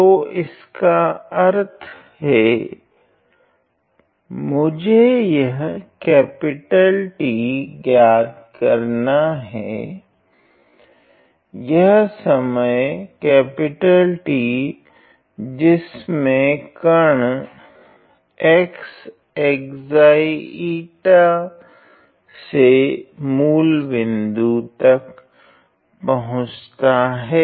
तो इसका अर्थ है मुझे यह T ज्ञात करना है यह समय T जिसमे कण x ζη से मूल बिंदु तक पहुँचता है